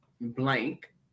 blank